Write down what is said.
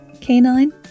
canine